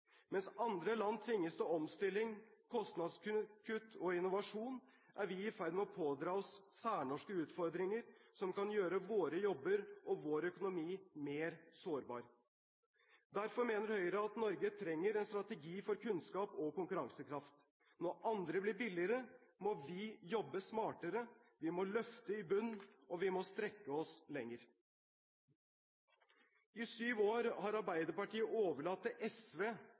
Mens andre land tvinges til omstilling, kostnadskutt og innovasjon, er vi i ferd med å pådra oss særnorske utfordringer som kan gjøre våre jobber og vår økonomi mer sårbar. Derfor mener Høyre at Norge trenger en strategi for kunnskap og konkurransekraft. Når andre blir billigere, må vi jobbe smartere. Vi må løfte i bånn og strekke oss lenger. I syv år har Arbeiderpartiet overlatt til SV